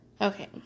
Okay